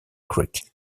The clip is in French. creek